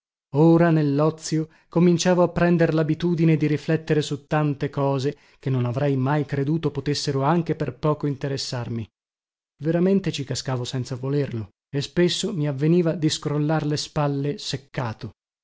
ora nellozio cominciavo a prender labitudine di riflettere su tante cose che non avrei mai creduto potessero anche per poco interessarmi veramente ci cascavo senza volerlo e spesso mi avveniva di scrollar le spalle seccato